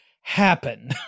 happen